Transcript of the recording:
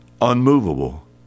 unmovable